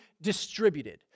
distributed